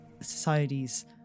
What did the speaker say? societies